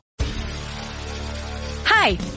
Hi